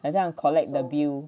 很像 collect the bill